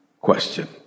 question